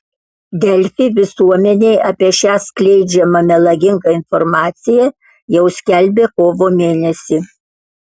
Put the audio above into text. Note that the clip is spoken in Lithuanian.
delfi visuomenei apie šią skleidžiamą melagingą informaciją jau skelbė kovo mėnesį